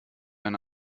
eine